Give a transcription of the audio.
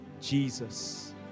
Jesus